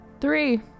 three